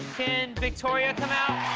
can victoria come out?